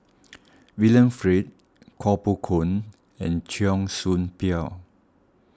William Flint Koh Poh Koon and Cheong Soo Pieng